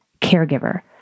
caregiver